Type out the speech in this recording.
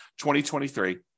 2023